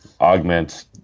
augment